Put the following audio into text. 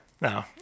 No